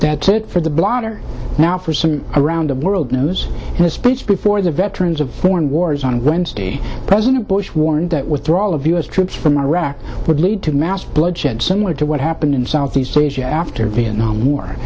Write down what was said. that's it for the blotter now for some around the world news in a speech before the veterans of foreign wars on wednesday president bush warned that withdrawal of u s troops from iraq would lead to bloodshed similar to what happened in southeast asia after vietnam war